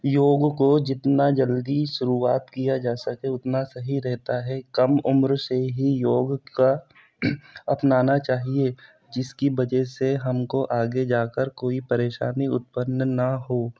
योग को जितना जल्दी शुरुआत किया जा सके उतना सहीं रहता है काम उम्र से ही योग का अपनाना चाहिए जिसकी वजह से हमको आगे जाकर कोई परेशानी उत्पन्न ना हो